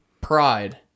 pride